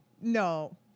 No